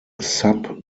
sub